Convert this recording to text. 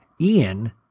Ian